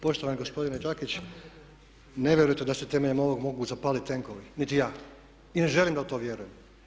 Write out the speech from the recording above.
Poštovani gospodine Đakić, ne vjerujete da se temeljem ovog mogu zapaliti tenkovi niti ja i ne želim da u to vjerujem.